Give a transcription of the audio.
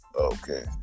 Okay